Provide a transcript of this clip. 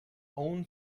own